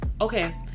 Okay